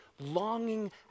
longing